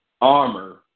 armor